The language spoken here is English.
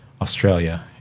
Australia